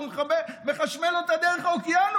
הוא מחשמל אותה דרך האוקיינוס.